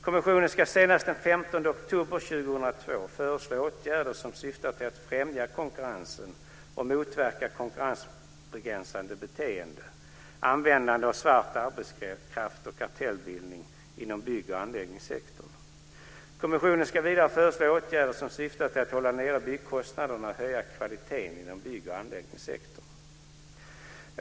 Kommissionen ska senast den 15 oktober 2002 föreslå åtgärder som syftar till att främja konkurrensen och motverka konkurrensbegränsande beteende, användande av svart arbetskraft och kartellbildning, inom bygg och anläggningssektorn. Kommissionen ska vidare föreslå åtgärder som syftar till att hålla nere byggkostnaderna och höja kvaliteten inom byggoch anläggningssektorn.